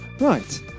Right